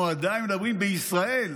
אנחנו עדיין מדברים בישראל